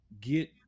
Get